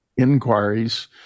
inquiries